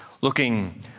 looking